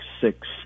six